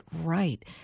right